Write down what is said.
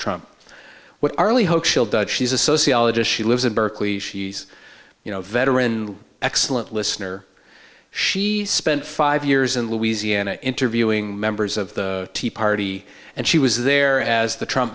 trump what she's a sociologist she lives in berkeley she's you know veteran excellent listener she spent five years in louisiana interviewing members of the tea party and she was there as the trump